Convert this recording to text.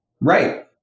Right